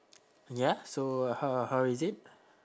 ya so how how is it